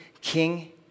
king